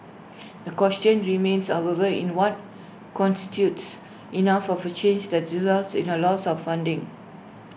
the question remains however in what constitutes enough of A change that results in A loss of funding